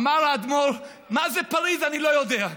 אמר האדמו"ר: מה זה פריז אני לא יודע,